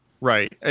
Right